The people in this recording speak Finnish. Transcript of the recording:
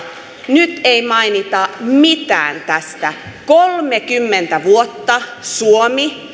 nyt ei mainita mitään tästä kolmekymmentä vuotta suomi